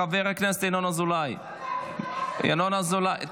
חבר הכנסת ינון אזולאי.